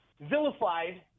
vilified